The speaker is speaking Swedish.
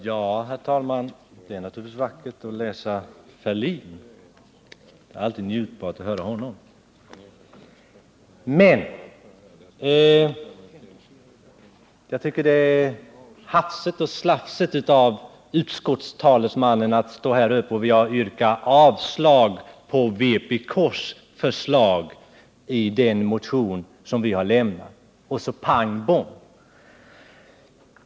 Herr talman! Det är naturligtvis vackert att läsa Ferlin. Det är alltid njutbart att höra honom. Men jag tycker att det är hafsigt och slafsigt av utskottstalesmannen att stå här och bara kort och gott yrka avslag på vpk:s förslag i den motion vi har lämnat.